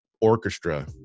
orchestra